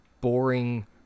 boring